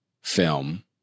film